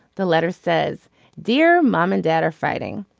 the letter says dear mom and dad are fighting.